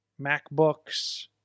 MacBooks